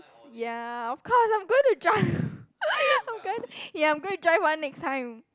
ya of course I'm going to drive I'm gonna ya I'm going to drive one next time